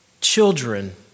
children